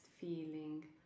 feeling